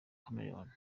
chameleone